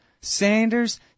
Sanders